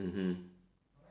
mmhmm